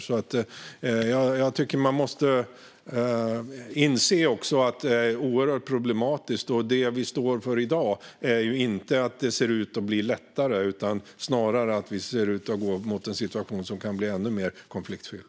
Jag tycker alltså att man måste inse att det är oerhört problematiskt. Det vi står inför i dag är inte att det ser ut att bli lättare utan snarare att det går mot en situation som kan bli ännu mer konfliktfylld.